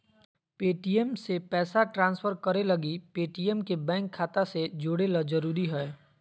Paytm से पैसा transfer करे लगी पेटीएम के बैंक खाता से जोड़े ल जरूरी हय